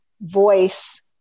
voice